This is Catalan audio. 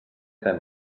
fem